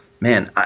man